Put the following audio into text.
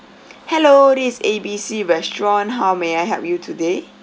hello this is A B C restaurant how may I help you today